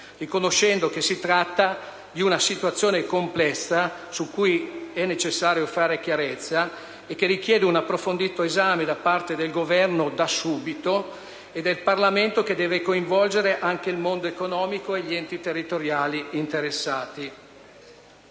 riconoscendo che si tratta di una situazione complessa su cui è necessario fare chiarezza e che richiede un approfondito esame da parte del Governo da subito ed anche del Parlamento, che deve coinvolgere il mondo economico e gli enti territoriali interessati.